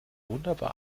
wunderbar